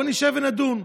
בואו נשב ונדון.